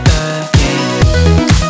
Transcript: again